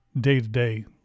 day-to-day